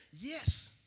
Yes